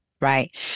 right